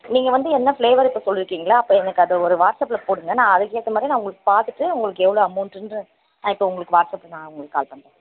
நீங்கள் வந்து என்ன ஃப்ளேவர் இப்போ சொல்லியிருக்கீங்களோ அப்போ எனக்கு அதை ஒரு வாட்ஸ்அப்ல போடுங்கள் நான் அதுக்கு ஏற்றமாரி நான் உங்களுக்கு பார்த்துட்டு உங்களுக்கு எவ்வளோ அமௌண்ட்டுன்றதை நான் இப்போ உங்களுக்கு வாட்ஸ்அப்ல நான் உங்களுக்கு கால் பண்ணுறேன்